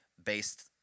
based